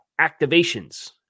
activations